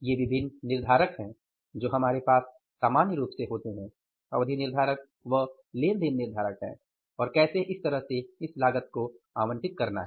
ये विभिन्न निर्धारक हैं जो हमारे पास सामान्य रूप से होते हैं अवधि निर्धारक व् लेनदेन निर्धारक हैं और कैसे इस तरह से इस लागत को आवंटित करना है